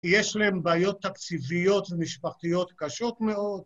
יש להם בעיות תקציביות ומשפחתיות קשות מאוד.